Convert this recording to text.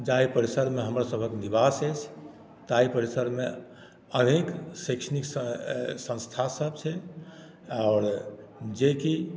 जाहि परिसरमे हमरसभ के निवास अछि ताहि परिसरमे अनेक शैक्षणिक संस्था सभ छै आओर जे की